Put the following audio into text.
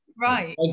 Right